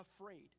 afraid